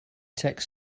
tech